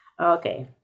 Okay